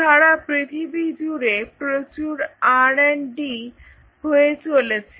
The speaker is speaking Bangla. সারা পৃথিবী জুড়ে প্রচুর RD হয়ে চলেছে